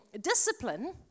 Discipline